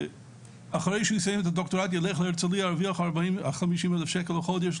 שאחרי שיסיים את הדוקטורט יילך להרצליה וירוויח 50,000 ₪ לחודש,